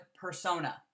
persona